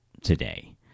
today